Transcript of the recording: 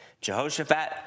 Jehoshaphat